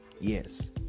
Yes